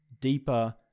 deeper